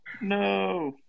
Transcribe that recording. No